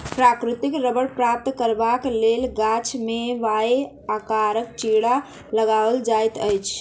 प्राकृतिक रबड़ प्राप्त करबाक लेल गाछ मे वाए आकारक चिड़ा लगाओल जाइत अछि